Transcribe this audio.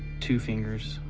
two fingers,